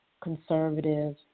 conservative